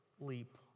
leap